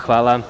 Hvala.